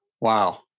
Wow